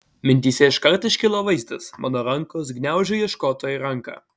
mintyse iškart iškilo vaizdas mano rankos gniaužia ieškotojai ranką